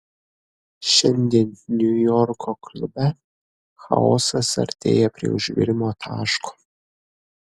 šiandien niujorko klube chaosas artėja prie užvirimo taško